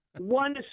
One